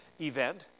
event